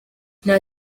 nta